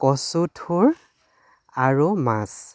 কচু ঠুৰ আৰু মাছ